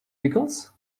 pickles